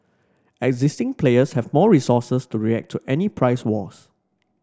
existing players have more resources to react to any price wars